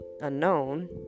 unknown